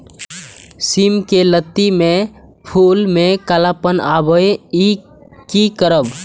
सिम के लत्ती में फुल में कालापन आवे इ कि करब?